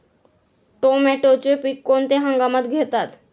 टोमॅटोचे पीक कोणत्या हंगामात घेतात?